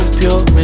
pure